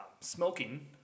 Smoking